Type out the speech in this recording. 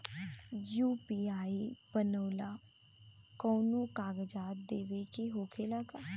UPI बनावेला कौनो कागजात देवे के होखेला का?